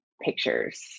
pictures